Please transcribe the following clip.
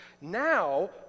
Now